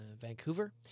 Vancouver